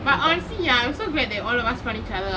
but honestly ya I'm so glad that all of us found each other lah